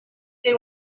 they